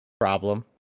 problem